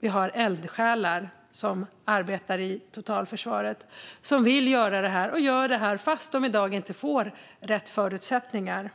Det finns eldsjälar som arbetar i totalförsvaret. De vill göra det, och de gör det trots att de i dag inte får rätt förutsättningar.